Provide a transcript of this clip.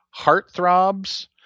heartthrobs